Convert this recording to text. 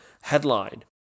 Headline